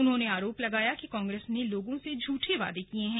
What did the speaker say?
उन्होंने आरोप लगाया कि कांग्रेस ने लोगों से झूठे वादे किये हैं